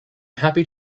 happy